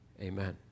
Amen